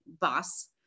boss